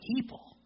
people